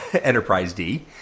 Enterprise-D